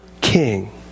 king